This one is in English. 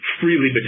freely